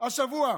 השבוע.